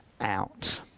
out